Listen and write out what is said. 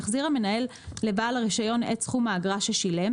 יחזיר המנהל לבעל הרישיון את סכום האגרה ששילם,